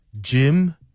Gym